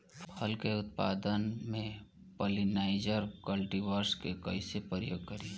फल के उत्पादन मे पॉलिनाइजर कल्टीवर्स के कइसे प्रयोग करी?